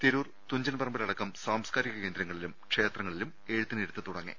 തിരൂർ തൂഞ്ചൻ പറമ്പിലടക്കം സാംസ്കാരിക കേന്ദ്രങ്ങളിലും ക്ഷേത്രങ്ങളിലും എഴുത്തിനിരുത്ത് തുടങ്ങി